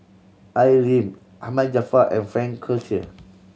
Al Lim Ahmad Jaafar and Frank Cloutier